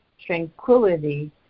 tranquility